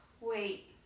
wait